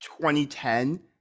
2010